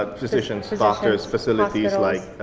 ah physicians, doctors, facilities. like